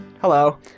Hello